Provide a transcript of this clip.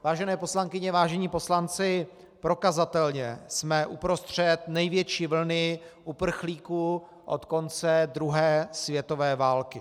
Vážené poslankyně, vážení poslanci, prokazatelně jsme uprostřed největší vlny uprchlíků od konce druhé světové války.